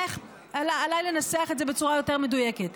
איך עליי לנסח את זה בצורה יותר מדויקת?